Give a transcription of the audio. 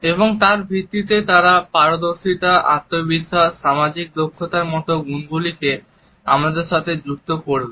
এবং তার ভিত্তিতে তারা পারদর্শিতা আত্মবিশ্বাস সামাজিক দক্ষতার মত গুণগুলিকে আমাদের সাথে যুক্ত করবে